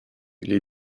les